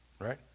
right